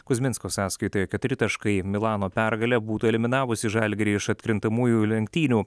kuzminsko sąskaitoj keturi taškai milano pergalė būtų eliminavusi žalgirį iš atkrintamųjų lenktynių